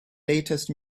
latest